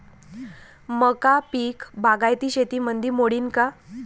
मका पीक बागायती शेतीमंदी मोडीन का?